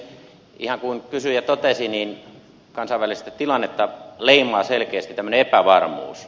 ihan kuin kysyjä totesi kansainvälistä tilannetta leimaa selkeästi epävarmuus